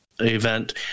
event